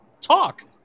talk